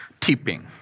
tipping